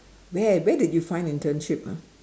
where where did you find internship ah